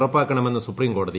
ഉറപ്പാക്കണമെന്ന് സൂപ്രീംകോടതി